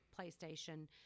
PlayStation